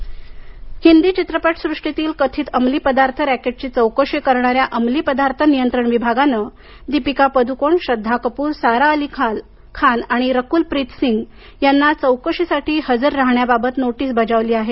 summons Hindi चित्रपट सृष्टीतील कथित अंमली पदार्थ रॅकेटची चौकशी करणाऱ्या अंमली पदार्थ नियंत्रण विभागानं दीपिका पदुकोण श्रद्धा कपूर सारा अली खान आणि राकुल प्रीत सिंग यांना चौकशीसाठी हजर राहण्याबाबत नोटीस पाठवली आहे